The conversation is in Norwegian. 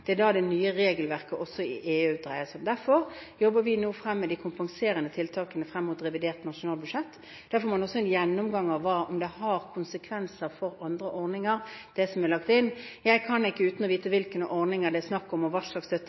Det er da det nye regelverket også i EU gjelder fra. Derfor jobber vi nå med de kompenserende tiltakene frem mot revidert nasjonalbudsjett. Der får man også en gjennomgang av om det som er lagt inn, har konsekvenser for andre ordninger. Jeg kan ikke uten å vite hvilke ordninger det er snakk om, og hva slags støtte,